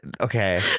okay